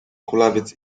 kulawiec